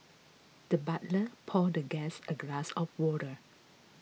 the butler poured the guest a glass of water